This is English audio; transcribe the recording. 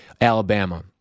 Alabama